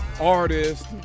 artist